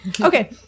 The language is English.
Okay